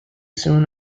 soon